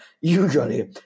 usually